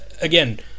again